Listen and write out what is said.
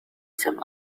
some